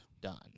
done